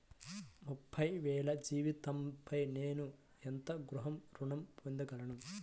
ముప్పై వేల జీతంపై నేను ఎంత గృహ ఋణం పొందగలను?